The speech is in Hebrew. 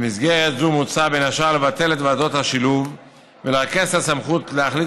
במסגרת זו מוצע בין השאר לבטל את ועדות השילוב ולרכז את הסמכות להחליט